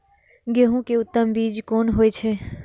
गेंहू के उत्तम बीज कोन होय छे?